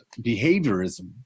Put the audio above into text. behaviorism